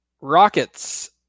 Rockets